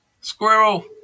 Squirrel